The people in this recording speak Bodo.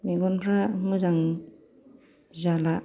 मेगनफ्रा मोजां जाला